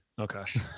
Okay